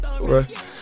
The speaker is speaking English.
Right